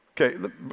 Okay